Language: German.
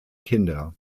kinder